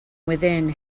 within